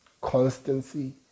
constancy